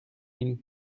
mille